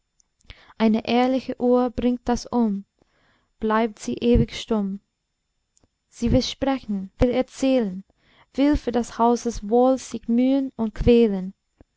eine ehrliche uhr bringt das um bleibt sie ewig stumm sie will sprechen will erzählen will für des hauses wohl sich mühen und quälen